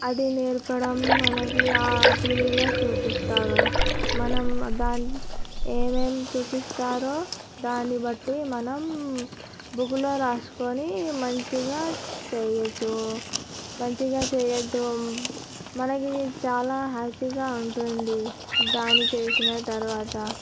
అది నేర్పడం మనకి ఆ టీవీలో చూపిస్తారు మనం దాన్ని ఏమేమి చూపిస్తారో దాన్ని బట్టి మనం బుక్లో రాసుకొని మంచిగా చెయ్యొచ్చు మంచిగా చేయొద్దు మనకి చాలా హ్యాపీగా ఉంటుంది దాన్ని చేసిన తర్వాత